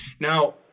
Now